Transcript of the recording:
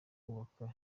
kubaka